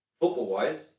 football-wise